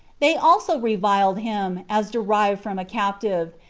they also reviled him, as derived from a captive,